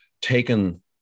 taken